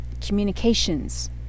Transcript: communications